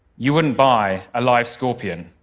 you wouldn't buy a live scorpion,